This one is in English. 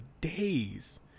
days